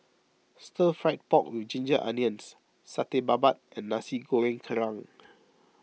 Stir Fry Pork with Ginger Onions Satay Babat and Nasi Goreng Kerang